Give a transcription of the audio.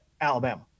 Alabama